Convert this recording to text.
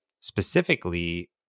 specifically